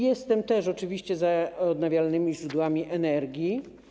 Jestem też oczywiście za odnawialnymi źródłami energii.